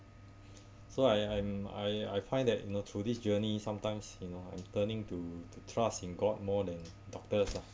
so I I'm I I find that you know through this journey sometimes you know in turning to to trust in god more than doctors lah